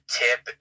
tip